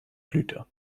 blühte